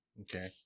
Okay